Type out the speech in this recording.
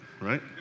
Right